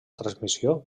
transmissió